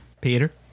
Peter